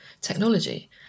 technology